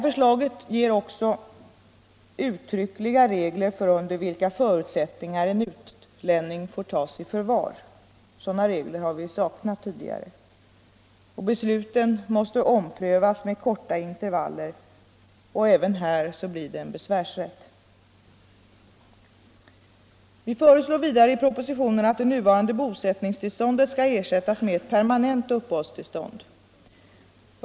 Förslaget ger också uttryckliga regler för under vilka förutsättningar en utlänning får tas i förvar. Sådana regler har vi saknat tidigare. Besluten måste omprövas med korta intervaller, och utlänningen får besvärsrätt även här. Vi föreslår vidare i propositionen att det nuvarande bosättningstillståndet ersätts med ett permanent uppehållstillstånd.